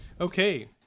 Okay